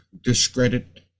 discredit